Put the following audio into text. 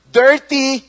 dirty